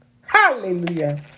Hallelujah